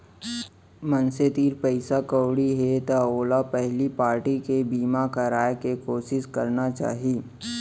मनसे तीर पइसा कउड़ी हे त ओला पहिली पारटी के बीमा कराय के कोसिस करना चाही